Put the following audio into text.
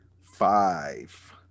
five